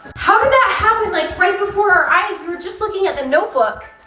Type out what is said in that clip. how did that happen, like, right before our eyes? we were just looking at the note book.